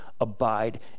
abide